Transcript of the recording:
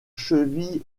cheville